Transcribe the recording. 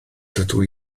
dydw